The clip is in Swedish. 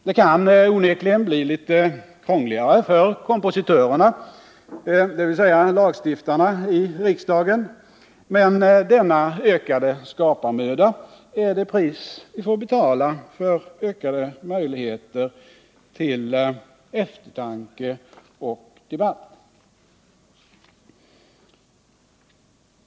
Det kan onekligen bli litet krångligare för kompositörerna, dvs. lagstiftarna i riksdagen, men denna ökade skaparmöda är det pris vi får betala för ökade möjligheter till eftertanke och debatt.